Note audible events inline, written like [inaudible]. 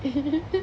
[laughs]